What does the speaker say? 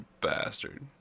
bastard